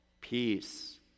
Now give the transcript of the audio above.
peace